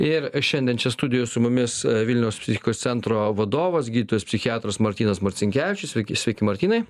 ir šiandien čia studijoj su mumis vilniaus psichikos centro vadovas gydytojas psichiatras martynas marcinkevičius sveiki sveiki martynai